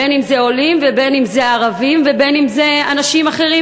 אם עולים ואם ערבים ואם אנשים אחרים,